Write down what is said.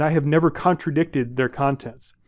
have never contradicted their contents.